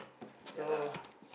ya lah